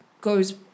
goes